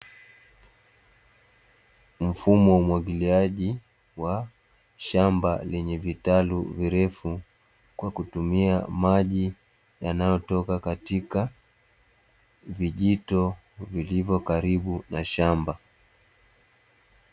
Mfumo wa umwagiliaji wa shamba lenye vitalu virefu kwa kutumia maji yanayotoka katika vijito, vilivyo karibu na shamba.